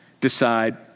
decide